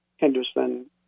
Henderson